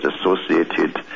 associated